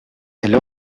elle